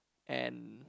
and